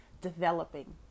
developing